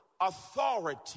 authority